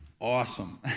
awesome